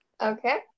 Okay